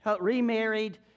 remarried